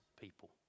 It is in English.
people